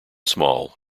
small